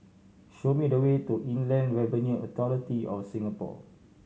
show me the way to Inland Revenue Authority of Singapore